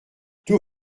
tout